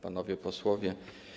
Panowie Posłowie!